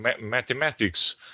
mathematics